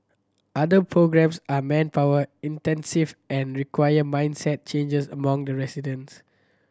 other programmes are manpower intensive and require mindset changes among the residents